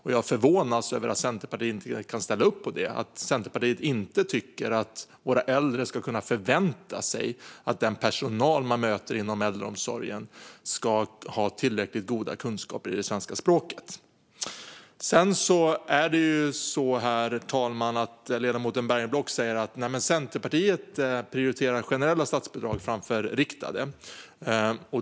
Jag förvånas över att Centerpartiet inte kan ställa upp på det, och över att Centerpartiet inte tycker att våra äldre ska kunna förvänta sig att den personal de möter inom äldreomsorgen har tillräckliga kunskaper i svenska språket. Herr talman! Ledamoten Bergenblock säger att Centerpartiet prioriterar generella statsbidrag framför riktade.